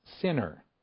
sinner